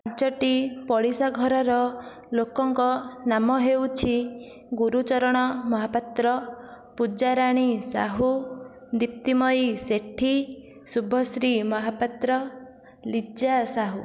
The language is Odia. ପାଞ୍ଚୋଟି ପଡ଼ିଶା ଘରର ଲୋକଙ୍କ ନାମ ହେଉଛି ଗୁରୁଚରଣ ମହାପାତ୍ର ପୂଜାରାଣୀ ସାହୁ ଦିପ୍ତିମୟୀ ସେଠି ଶୁଭଶ୍ରୀ ମହାପାତ୍ର ଲିଜା ସାହୁ